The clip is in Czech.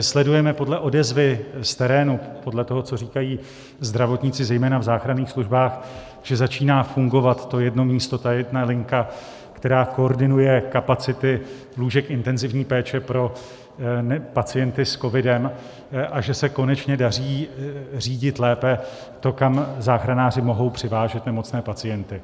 Sledujeme podle odezvy z terénu, podle toho, co říkají zdravotníci zejména v záchranných službách, že začíná fungovat to jedno místo, ta jedna linka, která koordinuje kapacity lůžek intenzivní péče pro pacienty s covidem, a že se konečně daří řídit lépe to, kam záchranáři mohou přivážet nemocné pacienty.